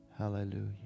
Hallelujah